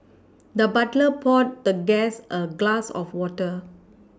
the butler poured the guest a glass of water